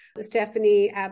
Stephanie